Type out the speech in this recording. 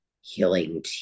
healing